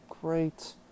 Great